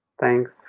Thanks